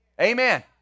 Amen